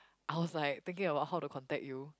I was like thinking about how to contact you